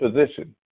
position